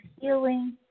healing